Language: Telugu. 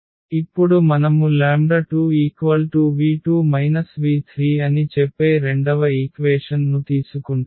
ఇప్పుడు మనము 2v2 v3 అని చెప్పే రెండవ ఈక్వేషన్ ను తీసుకుంటాము